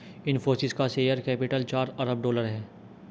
इनफ़ोसिस का share capital चार अरब डॉलर है